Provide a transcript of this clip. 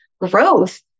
growth